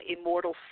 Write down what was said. Immortal